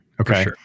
Okay